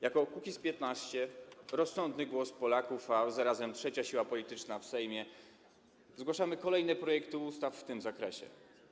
Jako Kukiz’15, rozsądny głos Polaków, a zarazem trzecia siła polityczna w Sejmie, zgłaszamy kolejne projekty ustaw w tym zakresie.